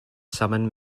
summon